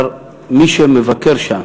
אבל מי שמבקר שם